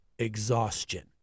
exhaustion